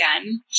again